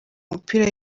mupira